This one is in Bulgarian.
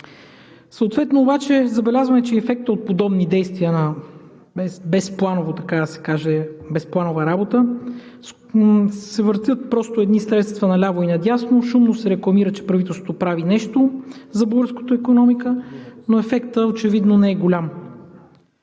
Съответно обаче забелязваме, че ефектът от подобни действия на, така да се каже, безпланова работа е – въртят се просто едни средства наляво и надясно, шумно се рекламира, че правителството прави нещо за българската икономика, но ефектът очевидно не е голям.